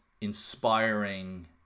inspiring